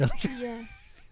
Yes